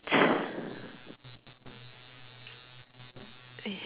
~t